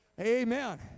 Amen